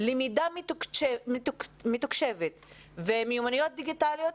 למידה מתוקשבת ומיומנויות דיגיטליות,